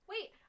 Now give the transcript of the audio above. Wait